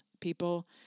People